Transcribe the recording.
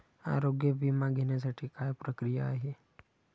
आरोग्य विमा घेण्यासाठी काय प्रक्रिया आहे?